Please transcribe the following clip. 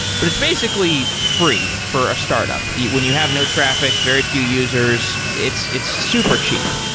but it's basically free for a startup. when you have no traffic, very few users, it's it's super cheap.